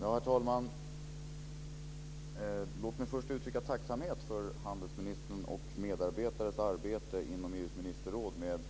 Herr talman! Låt mig först uttrycka tacksamhet för handelsministerns och hans medarbetares arbete inom EU:s ministerråd med